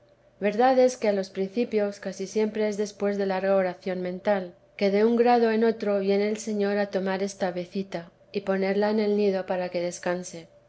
verdad es que a los principios casi siempre es después de larga oración mental que de un grado en otro viene el señor a tomar esta avecita y ponerla en el nido para que descanse